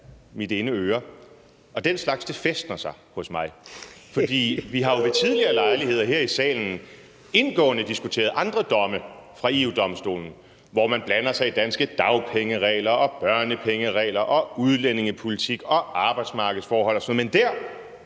mit ene øre, og den slags fæstner sig hos mig. Vi har jo ved tidligere lejligheder her i salen indgående diskuteret andre domme fra EU-Domstolen, hvor man blander sig i danske dagpengeregler, børnepengeregler, udlændingepolitik og arbejdsmarkedsforhold og sådan noget. Men der